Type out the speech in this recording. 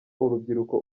urubyiruko